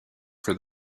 for